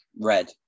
red